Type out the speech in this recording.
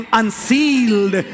unsealed